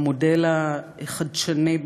"המודל החדשני",